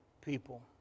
people